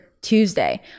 tuesday